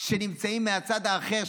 שנמצאים מהצד האחר,